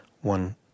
one